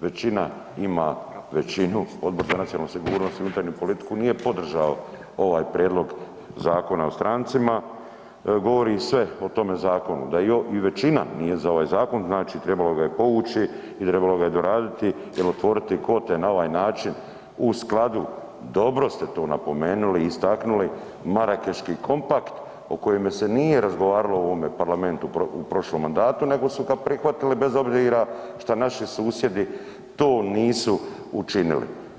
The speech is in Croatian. većina ima većinu, Odbor za nacionalnu sigurnost i unutarnju politiku nije podržao ovaj prijedlog Zakona o strancima govori sve o tome zakonu, da i većina nije za ovaj zakon, znači trebalo ga je povući i trebalo ga je doraditi jel otvoriti kvote na ovaj način u skladu dobro ste to napomenuli i istaknuli Marakeški kompakt o kome se nije razgovaralo u ovome Parlamentu u prošlom mandatu nego su ga prihvatili bez obzira šta naši susjedi to nisu učinili.